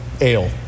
ale